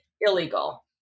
illegal